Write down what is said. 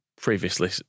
previously